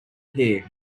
pier